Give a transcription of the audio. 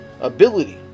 ability